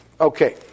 Okay